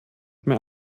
mehr